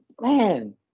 man